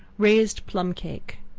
raised plum cake.